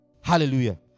Hallelujah